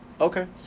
Okay